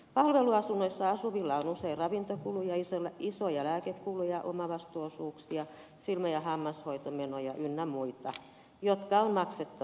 palveluasunnoissa asuvilla on usein ravintokuluja isoja lääkekuluja omavastuuosuuksia silmä ja hammashoitomenoja ynnä muita jotka on maksettava itse